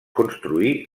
construí